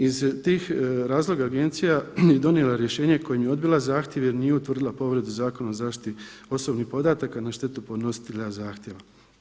Iz tih razloga agencija je donijela rješenje kojim je odbila zahtjev jer nije utvrdila povredu Zakona o zaštiti osobnih podataka na štetu podnositelja zahtjeva.